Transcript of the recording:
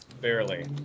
barely